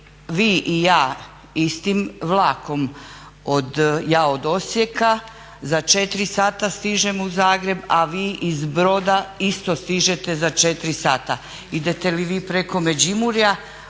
vi i ja istim vlakom od, ja od Osijeka za 4 sata stižem u Zagreb, a vi iz Broda isto stižete za 4 sata. Idete li vi preko Međimurja